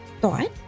thought